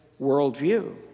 worldview